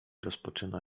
rozpoczyna